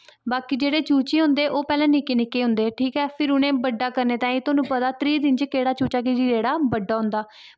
पैह्लैं जेह्ड़े चूचे होंदे ओह् निक्के निक्के होंदे ठीक ऐ फिर उ'नोेंगी बड्डा करनें आस्ते तुहानू पता ऐ कि केह्ड़ा जेह्ड़ा बड्डा होंदा